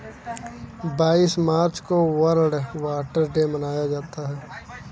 बाईस मार्च को वर्ल्ड वाटर डे मनाया जाता है